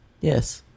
yes